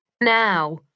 Now